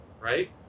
right